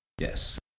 Yes